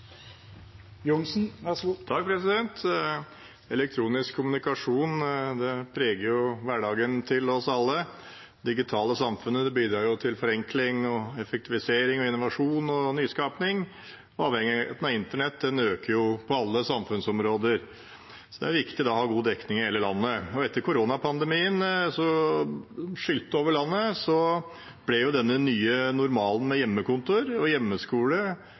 Elektronisk kommunikasjon preger hverdagen for oss alle. Det digitale samfunnet bidrar til forenkling, effektivisering, innovasjon og nyskaping. Avhengigheten av internett øker på alle samfunnsområder, og da er det viktig å ha god dekning i hele landet. Etter at koronapandemien skylte over landet, ble jo den nye normalen hjemmekontor, hjemmeskole og